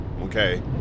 Okay